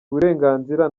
uburenganzira